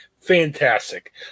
Fantastic